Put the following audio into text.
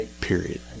Period